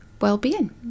well-being